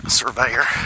surveyor